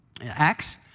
Acts